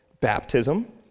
baptism